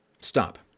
Stop